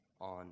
on